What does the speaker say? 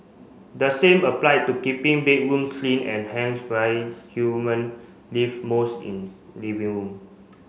the same applied to keeping bedroom clean and hence why human live most in living room